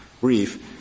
brief